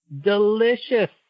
Delicious